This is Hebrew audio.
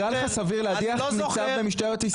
זה נראה לך סביר להדיח ניצב במשטרת ישראל,